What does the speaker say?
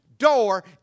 door